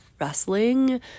wrestling